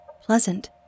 pleasant